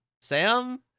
Sam